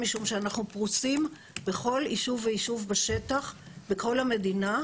משום שאנחנו פרושים בכל יישוב ויישוב בשטח בכל המדינה,